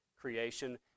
creation